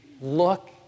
Look